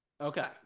Okay